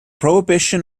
prohibition